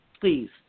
please